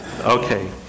Okay